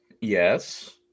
Yes